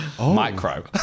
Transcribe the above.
micro